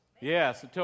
Yes